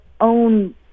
own